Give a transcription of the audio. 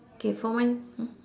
K for mine